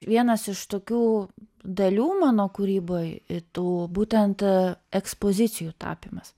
vienas iš tokių dalių mano kūryboj tų būtent ekspozicijų tapymas